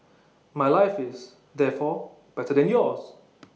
my life is therefore better than yours